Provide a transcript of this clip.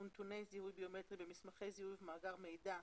ונתוני זיהוי ביומטריים במסמכי זיהוי ובמאגר מידע,